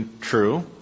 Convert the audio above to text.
true